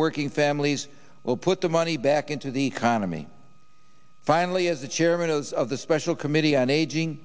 working families will put the money back into the economy finally as the chairman of the special committee on aging